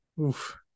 Oof